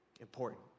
important